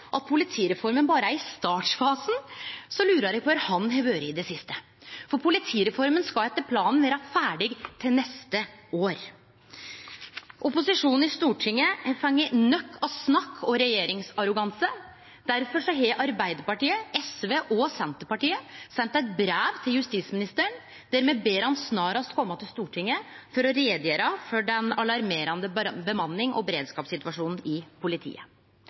at politireforma berre er i startfasen, lurar eg på kvar han har vore i det siste, for politireforma skal etter planen vere ferdig til neste år. Opposisjonen i Stortinget har fått nok av snakk og regjeringsarroganse. Difor har Arbeidarpartiet, SV og Senterpartiet sendt eit brev til justisministeren der me ber han om snarast å kome til Stortinget for å greie ut om den alarmerande bemannings- og beredskapssituasjonen i politiet.